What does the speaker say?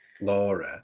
Laura